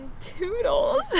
Toodles